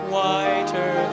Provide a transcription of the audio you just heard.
Whiter